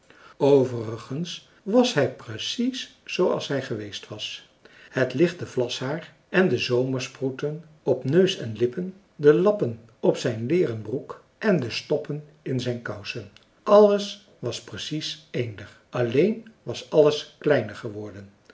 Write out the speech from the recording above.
overigens was hij precies zooals hij geweest was het lichte vlashaar en de zomersproeten op neus en lippen de lappen op zijn leeren broek en de stoppen in zijn kousen alles was precies eender alleen was alles kleiner geworden